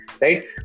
Right